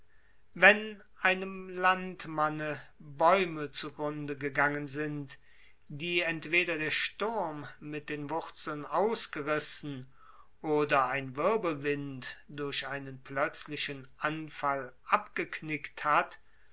wenn einem landmanne bäume zu grunde gegangen sind die entweder der sturm mit den wurzeln ausgerissen oder ein wirbelwind durch einen plötzlichen anfall abgeknickt hat